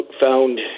Found